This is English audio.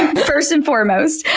and first and foremost.